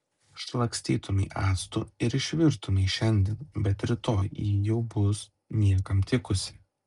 šlakstytumei actu ir išvirtumei šiandien bet rytoj ji jau bus niekam tikusi